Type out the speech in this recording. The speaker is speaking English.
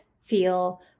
feel